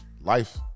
life